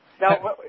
Now